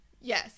Yes